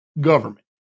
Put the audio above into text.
government